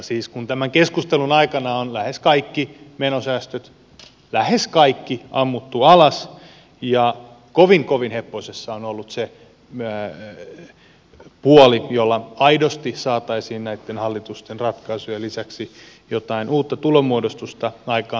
siis tämän keskustelun aikana on lähes kaikki menosäästöt lähes kaikki ammuttu alas ja kovin kovin heppoisessa on ollut se puoli jolla aidosti saataisiin näitten hallitusten ratkaisujen lisäksi jotain uutta tulonmuodostusta aikaan